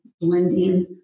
blending